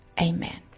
amen